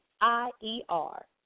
I-E-R